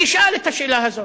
ישאל את השאלה הזאת,